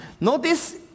Notice